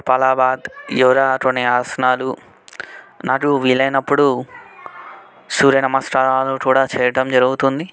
కపాలభాతి యోగాతోని ఆసనాలు నాకు వీలైనప్పుడు సూర్య నమస్కారాలు కూడా చేయటం జరుగుతుంది